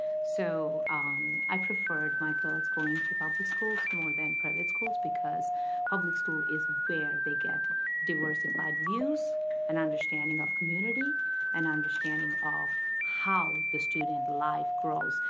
so i preferred my girls going to public schools more than private schools because public school is where they get diversified views and understanding of community and understanding of how the student life grows.